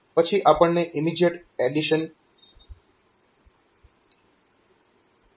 પછી અહીં આપણી પાસે ઇમીજીએટ એડીશન છે